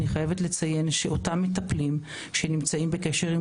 אני חייבת לציין שלאותם מטפלים שנמצאים בקשר עם